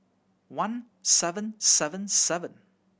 one seven seven seven